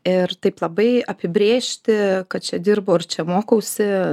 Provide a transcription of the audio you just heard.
ir taip labai apibrėžti kad čia dirbu ar čia mokausi